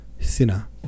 sinner